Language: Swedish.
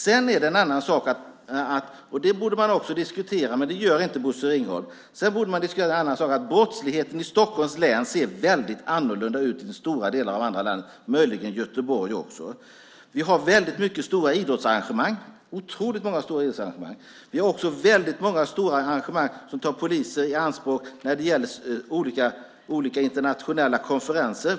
Sedan är det en annan sak som man också borde diskutera, men det gör inte Bosse Ringholm, nämligen att brottsligheten i Stockholms län, och möjligen också i Göteborg, ser väldigt annorlunda ut än i stora delar av landet. Vi har otroligt många stora idrottsarrangemang. Vi har också väldigt många andra stora arrangemang som tar poliser i anspråk. Det gäller olika internationella konferenser.